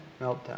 meltdown